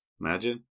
Imagine